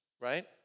right